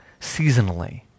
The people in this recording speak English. seasonally